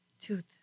tooth